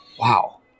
Wow